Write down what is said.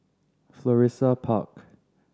Florissa Park